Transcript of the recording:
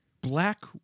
Black